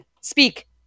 speak